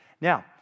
Now